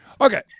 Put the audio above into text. Okay